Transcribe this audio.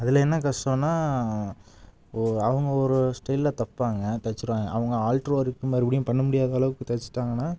அதில் என்ன கஷ்டோம்னா ஓ அவங்க ஒரு ஸ்டைலில் தைப்பாங்க தச்சுருவாங்க அவங்க ஆல்ட்ரு ஒர்க்கு மறுபடியும் பண்ண முடியாதளவுக்கு தைச்சிட்டாங்கன்னா